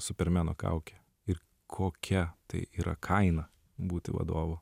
supermeno kaukę ir kokia tai yra kaina būti vadovu